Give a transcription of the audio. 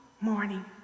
morning